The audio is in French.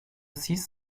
six